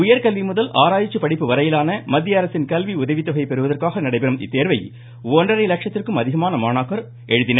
உயர்கல்விமுதல் ஆராய்ச்சி படிப்பு வரையிலான மத்தியஅரசின் கல்வி உதவித்தொகையைப் பெறுவதற்காக நடைபெறும் இத்தேர்வை ஒன்றரை லட்சத்திற்கும் அதிகமான மாணாக்கர் எழுதினர்